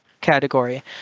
category